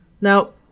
Now